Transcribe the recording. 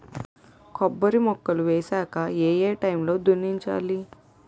కొబ్బరి మొక్కలు వేసాక ఏ ఏ టైమ్ లో దున్నించాలి?